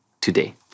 today